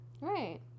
right